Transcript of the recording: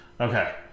Okay